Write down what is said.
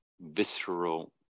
visceral